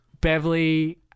Beverly